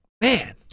man-